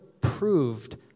Proved